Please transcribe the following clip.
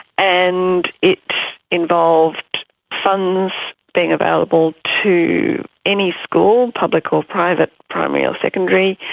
and it involved funds being available to any school, public or private, primary or secondary,